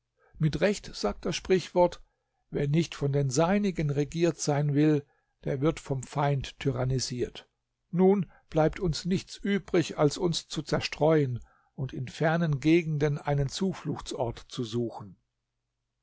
mit recht sagt das sprichwort wer nicht von den seinigen regiert sein will der wird vom feind tyrannisiert nun bleibt uns nichts übrig als uns zu zerstreuen und in fernen gegenden einen zufluchtsort zu suchen